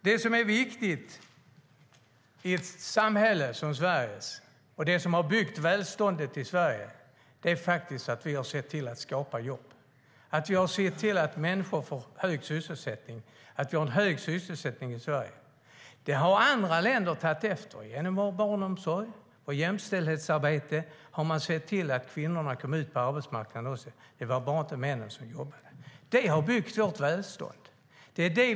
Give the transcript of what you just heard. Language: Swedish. Det som är viktigt i det svenska samhället, och det som har byggt välståndet i Sverige, är att vi har skapat jobb, att det råder en hög sysselsättning bland människor i Sverige. Det har andra länder tagit efter. Med hjälp av barnomsorg och jämställdhetsarbete har kvinnorna kommit ut på arbetsmarknaden. Inte bara männen jobbar. Det har byggt vårt välstånd.